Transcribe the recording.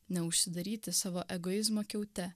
neužsidaryti savo egoizmo kiaute